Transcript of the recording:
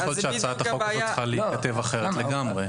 יכול להיות שהצעת החוק הזאת צריכה להיכתב אחרת לגמרי.